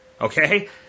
Okay